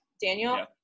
Daniel